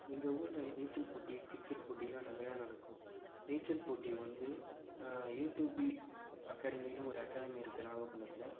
எங்கள் ஊரில் நீச்சல் போட்டி கிரிக்கெட் போட்டியெலாம் நிறையா நடக்கும் நீச்சல் போட்டி வந்து யூடூபி அகாடமினு ஒரு அகாடமி இருக்குது நாகபட்டினத்தில்